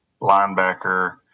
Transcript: linebacker